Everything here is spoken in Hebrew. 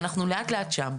ואנחנו לאט לאט שם.